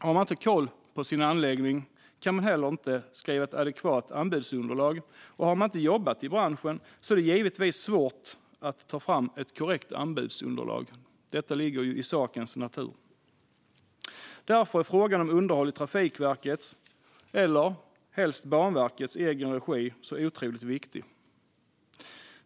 Har man inte koll på sin anläggning kan man heller inte skriva ett adekvat anbudsunderlag, och har man inte jobbat i branschen är det givetvis svårt att ta fram ett korrekt anbudsunderlag. Det ligger i sakens natur. Därför är frågan om underhåll i Trafikverkets eller helst Banverkets egen regi så otroligt viktig.